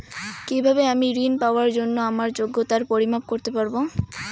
কিভাবে আমি ঋন পাওয়ার জন্য আমার যোগ্যতার পরিমাপ করতে পারব?